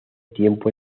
tiempo